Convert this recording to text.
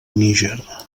níger